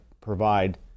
provide